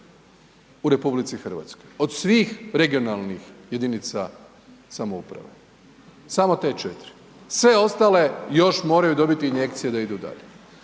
u RH od svih regionalnih jedinica samouprave, samo te 4, sve ostale još moraju dobiti injekcije da idu dalje.